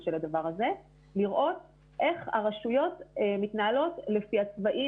של הדבר הזה לראות איך הרשויות מתנהלות לפי הצבעים